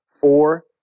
four